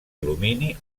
alumini